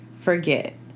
forget